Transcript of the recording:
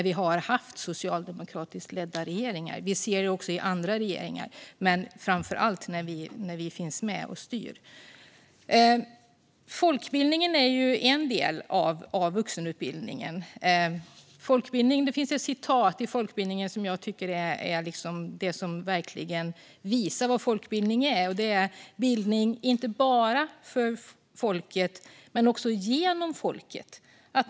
Vi har sett det med andra regeringar också men framför allt när vi finns med och styr. Folkbildningen är en del av vuxenutbildningen. Det finns en devis som verkligen visar vad folkbildning är: Bildning inte bara för folket utan också genom folket.